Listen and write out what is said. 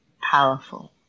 powerful